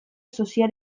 sozial